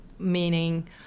meaning